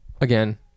again